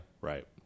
Right